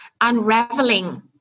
unraveling